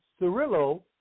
Cirillo